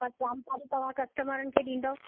बसि जानकारी तव्हां कस्टमरनि खे ॾींदव